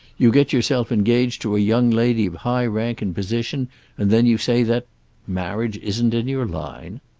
you get yourself engaged to a young lady of high rank and position and then you say that marriage isn't in your line.